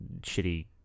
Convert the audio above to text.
shitty